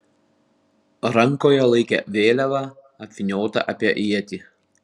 rankoje laikė vėliavą apvyniotą apie ietį